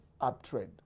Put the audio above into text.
uptrend